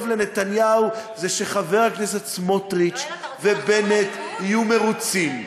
כרגע מה שטוב לנתניהו זה שחברי הכנסת סמוטריץ ובנט יהיו מרוצים.